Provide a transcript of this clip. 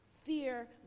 Fear